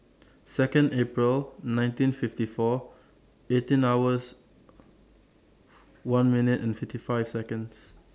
Second April nineteen fifty four eighteen hours one minutes and fifty five Seconds